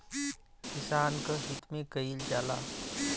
किसान क हित में कईल जाला